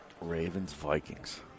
Ravens-Vikings